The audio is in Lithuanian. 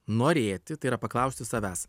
norėti tai yra paklausti savęs